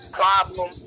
problem